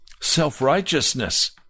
self-righteousness